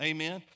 Amen